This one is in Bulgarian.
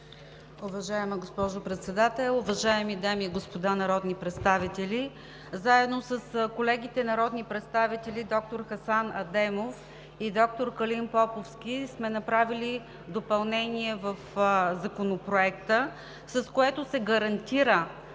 Уважаема госпожо Председател, уважаеми дами и господа народни представители! Заедно с колегите народни представители доктор Хасан Адемов и доктор Калин Поповски сме направили допълнение в Законопроекта, с което се гарантира